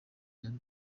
dream